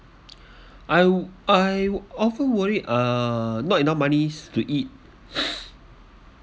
I I often worried uh not enough money to eat